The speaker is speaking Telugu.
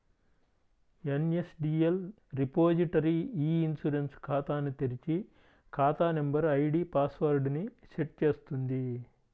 ఎన్.ఎస్.డి.ఎల్ రిపోజిటరీ ఇ ఇన్సూరెన్స్ ఖాతాను తెరిచి, ఖాతా నంబర్, ఐడీ పాస్ వర్డ్ ని సెట్ చేస్తుంది